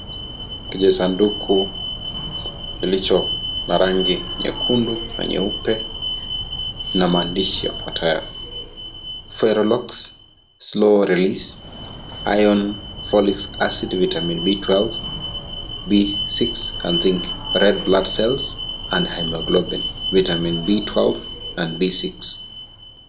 Kijisanduku kilicho na rangi nyekundu na nyeupe na maandishi yafuatayo; Ferolax, slow release, iron folic acid, vitamin B12, B6 and zinc red blood cells and hemoglobin, vitamin B12 and B6.